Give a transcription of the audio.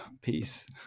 Peace